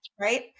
Right